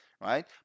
right